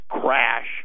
crash